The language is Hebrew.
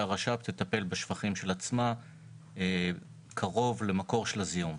שהרש"פ תטפל בשפכים של עצמה קרוב למקור הזיהום,